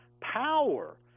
power